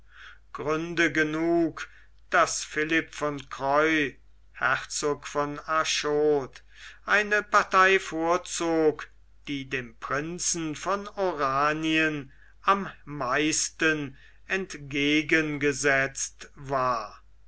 gründe genug daß philipp von croi herzog von arschot eine partei vorzog die dem prinzen von oranien am meisten entgegengesetzt war